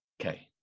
Okay